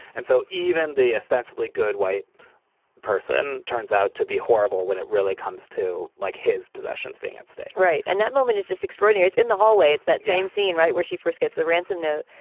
and so even the ostensibly good white person turns out to be horrible when it really comes to like his possessions being at stake right. and that moment is just extraordinary. in the hallway, it's that same scene, right. where she first gets the ransom note.